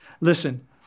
Listen